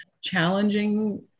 challenging